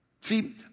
See